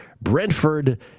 Brentford